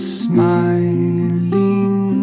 smiling